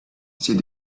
said